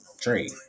trade